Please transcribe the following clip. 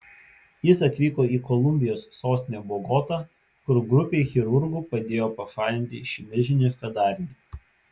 jis atvyko į kolumbijos sostinę bogotą kur grupei chirurgų padėjo pašalinti šį milžinišką darinį